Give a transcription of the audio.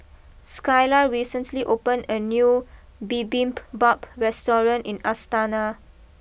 Skyla recently opened a new Bibimbap restaurant in Astana